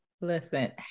Listen